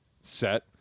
set